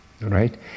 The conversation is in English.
right